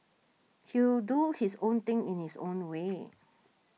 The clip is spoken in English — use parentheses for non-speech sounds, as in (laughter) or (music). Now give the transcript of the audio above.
he'll do his own thing in his own way (noise)